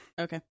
okay